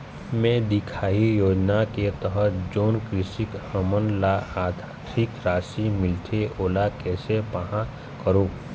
मैं दिखाही योजना के तहत जोन कृषक हमन ला आरथिक राशि मिलथे ओला कैसे पाहां करूं?